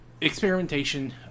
experimentation